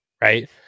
right